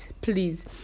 Please